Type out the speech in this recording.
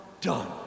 done